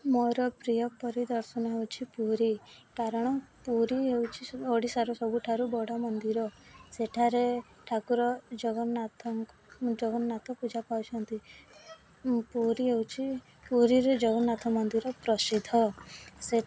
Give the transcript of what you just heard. ମୋର ପ୍ରିୟ ପରିଦର୍ଶନ ହେଉଛି ପୁରୀ କାରଣ ପୁରୀ ହେଉଛି ସବୁ ଓଡ଼ିଶାର ସବୁଠାରୁ ବଡ଼ ମନ୍ଦିର ସେଠାରେ ଠାକୁର ଜଗନ୍ନାଥଙ୍କୁ ଜଗନ୍ନାଥ ପୂଜା ପାଉଛନ୍ତି ପୁରୀ ହେଉଛି ପୁରୀରେ ଜଗନ୍ନାଥ ମନ୍ଦିର ପ୍ରସିଦ୍ଧ ସେ